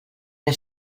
què